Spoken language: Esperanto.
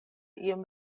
iom